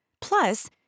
Plus